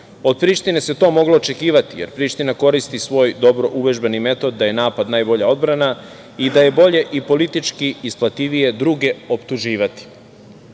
Od Prištine se to moglo očekivati, jer Priština koristi svoj dobro uvežbani metod da je napad najbolja odbrana i da je bolje i politički isplativije druge optuživati. Podsetiću,